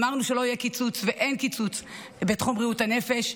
אמרנו שלא יהיה קיצוץ ואין קיצוץ בתחום בריאות הנפש,